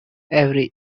every